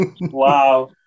Wow